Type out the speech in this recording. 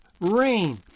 rain